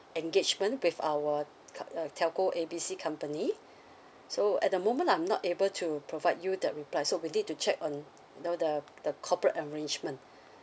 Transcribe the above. engagement with our co~ uh telco A B C company so at the moment I'm not able to provide you that reply so we need to check on you know the the corporate and management